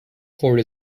court